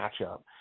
matchup